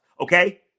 okay